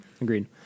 Agreed